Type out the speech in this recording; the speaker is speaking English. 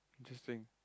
interesting